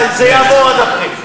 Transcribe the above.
זה יעבור עד אפריל.